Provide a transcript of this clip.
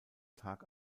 tag